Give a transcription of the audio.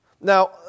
Now